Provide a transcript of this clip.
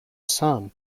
sum